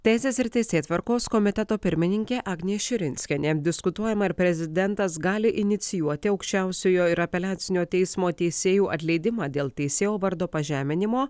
teisės ir teisėtvarkos komiteto pirmininkė agnė širinskienė diskutuojama ar prezidentas gali inicijuoti aukščiausiojo ir apeliacinio teismo teisėjų atleidimą dėl teisėjo vardo pažeminimo